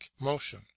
motion